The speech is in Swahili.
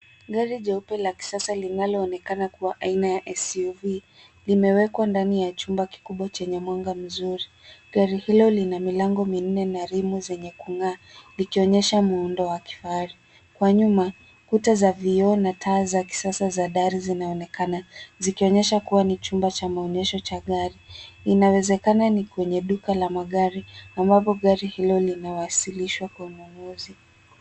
Gari jeupe la kisasa linalo onekana kuwa aina ya SUV . Limewekwa ndani ya chumba kikubwa chenye mwangaza mzuri. Gari hilo lina milango minne na rimu zenye kung'aa, likionyesha muundo wa kifaari. Kwa nyuma, kuta za vioo na taa za kisasa za dari zina onekana, zikionyesha kuwa ni chumba cha maonyesho cha gari. Inawezekana ni kwenye duka la magari. Ambapo gari hilo linawasilishwa kwa una uzwa.